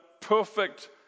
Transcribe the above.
perfect